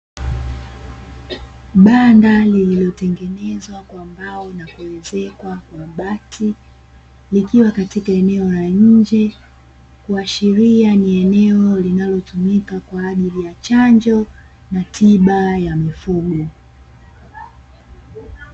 Banda lililotengenezwa kwa mbao na kuezekwa kwa bati, kuashiria ni eneo linalotumika kwa ajili ya chanjo na tiba ya mifugo.